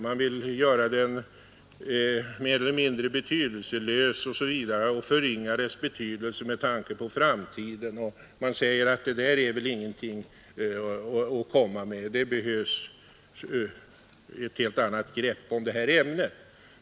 Man säger att den är mer eller mindre betydelselös, man förringar dess betydelse med tanke på framtiden, och man hävdar att det här inte är någonting att komma med och att det behövs ett helt annat grepp om ämnet.